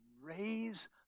raise